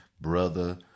brother